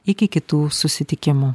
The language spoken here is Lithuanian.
iki kitų susitikimų